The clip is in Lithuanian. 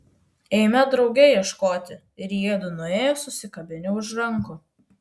eime drauge ieškoti ir jiedu nuėjo susikabinę už rankų